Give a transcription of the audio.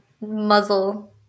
muzzle